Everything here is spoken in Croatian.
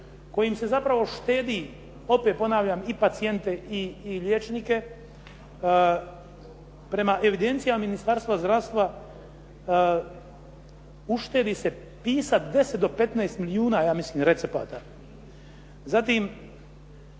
kojim se zapravo štedi, opet ponavljam, i pacijente i liječnike. Prema evidencijama Ministarstva zdravstva uštedi se tisak 10 od 15 milijuna ja mislim recepata. Zatim,